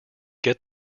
get